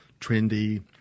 trendy